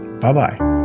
bye-bye